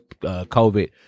COVID